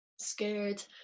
scared